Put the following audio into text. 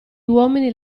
uomini